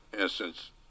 instance